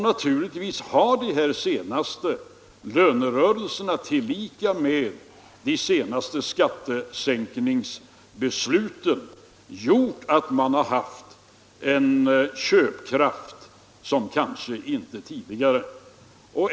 Naturligtvis har den senaste lönerörelsen tillika med det senaste skattesänkningsbeslutet gjort att man har haft en köpkraft som kanske aldrig förr.